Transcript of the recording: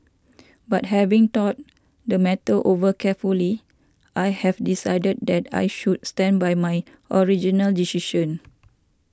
but having thought the matter over carefully I have decided that I should stand by my original decision